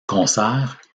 concert